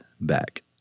back